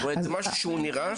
זה משהו שהוא נראה?